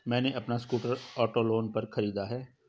मैने अपना scooter auto loan पर खरीदा है